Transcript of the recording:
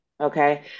Okay